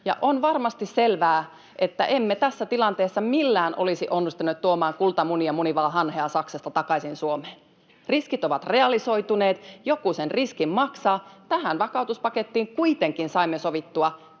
ja on varmasti selvää, että emme tässä tilanteessa millään olisi onnistuneet tuomaan kultamunia munivaa hanhea Saksasta takaisin Suomeen. Riskit ovat realisoituneet. Joku sen riskin maksaa. Tähän vakautuspakettiin kuitenkin saimme sovittua